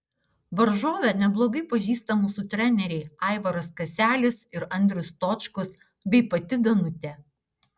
varžovę neblogai pažįsta mūsų treneriai aivaras kaselis ir andrius stočkus bei pati danutė